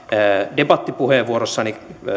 debattipuheenvuorossani